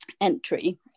entry